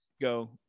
go